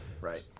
Right